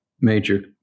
major